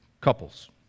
Couples